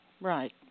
Right